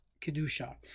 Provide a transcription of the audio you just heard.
Kedusha